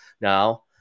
Now